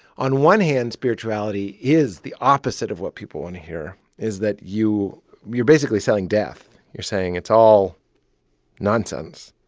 on one hand, spirituality is the opposite of what people want to hear, is that you you're basically selling death. you're saying it's all nonsense.